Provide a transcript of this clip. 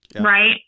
right